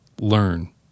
learn